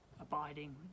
abiding